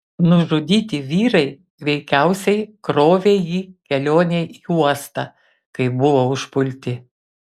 nužudyti vyrai veikiausiai krovė jį kelionei į uostą kai buvo užpulti